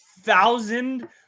thousand